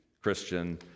Christian